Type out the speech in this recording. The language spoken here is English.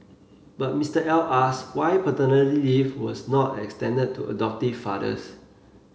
but Mister L asked why paternity leave was not extended to adoptive fathers